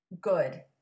good